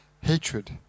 hatred